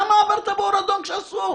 למה עברת באור אדום כשאסור?